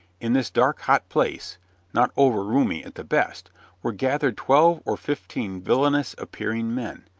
in this dark, hot place not over-roomy at the best were gathered twelve or fifteen villainous-appearing men,